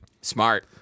Smart